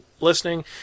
listening